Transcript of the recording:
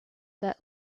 that